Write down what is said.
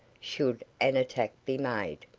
should an attack be made.